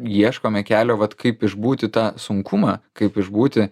ieškome kelio vat kaip išbūti tą sunkumą kaip išbūti